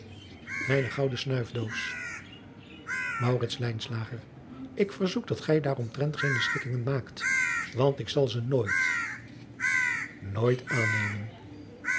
mijne gouden snuifdoos maurits lijnslager ik verzoek dat gij daaromtrent geene schikkingen maakt want ik zal ze nooit nooit aannemen